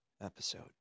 episode